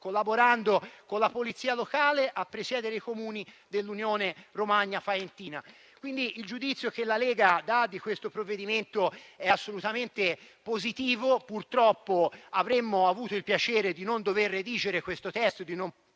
collaborando con la polizia locale a presiedere i comuni dell'Unione della Romagna Faentina. Il giudizio che la Lega dà di questo provvedimento è, pertanto, assolutamente positivo. Purtroppo, avremmo avuto il piacere di non dover redigere il testo in esame, di non